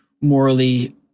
morally